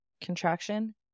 contraction